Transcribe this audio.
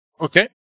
Okay